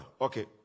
Okay